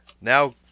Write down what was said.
Now